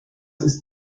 ist